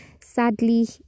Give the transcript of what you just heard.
sadly